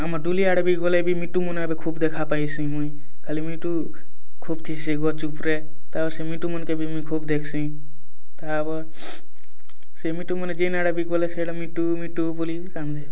ଆମ ଡୋଲି ଆଡ଼େ ବି ଗଲେ ବି ମିଟୁମାନ ଏବେ ଖୁବ୍ ଦେଖା ପାଇସି ମୁଇଁ ଖାଲି ମିଟୁ ଖୁବ୍ ଥିସି ଗଛ ଉପରେ ତାପରେ ତ ସେ ମିଟୁ ମାନଙ୍କୁ ଖୁବ୍ ଦେଖ୍ସି ତାପରେ ସେ ମିଟୁମାନେ ଯିନ୍ ଆଡ଼େ ବି ଗଲେ ସେଇଟା ମିଟୁ ମିଟୁ ବୋଲି କାନ୍ଦେ